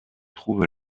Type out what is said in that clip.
trouve